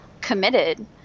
committed